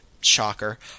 Shocker